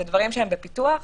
הדברים האלה בפיתוח.